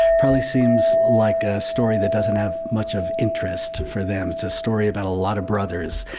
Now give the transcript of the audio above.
probably seems like a story that doesn't have much of interest for them. it's a story about a lot of brothers.